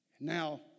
Now